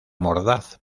mordaz